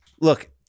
look